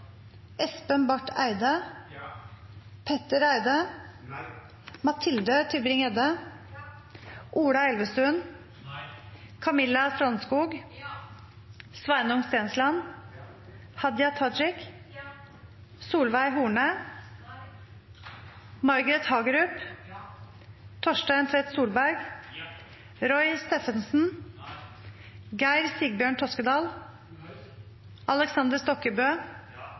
Espen Barth Eide, Petter Eide, Mathilde Tybring-Gjedde, Ola Elvestuen, Camilla Strandskog, Sveinung Stensland, Hadia Tajik, Margret Hagerup, Torstein Tvedt Solberg, Aleksander Stokkebø,